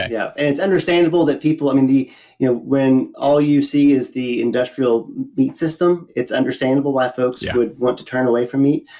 yeah and it's understandable that people um and you know when all you see is the industrial meat system it's understandable why folks would want to turn away from meat,